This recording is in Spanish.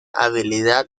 habilidad